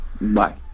Bye